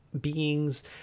beings